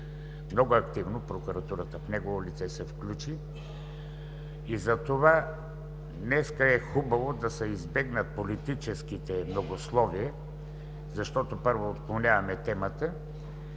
много активно прокуратурата в негово лице се включи. Днес е хубаво да се избегнат политическите многословия, защото, първо, отклоняваме темата,